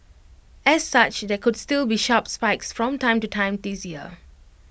as such there could still be sharp spikes from time to time this year